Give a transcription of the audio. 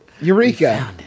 Eureka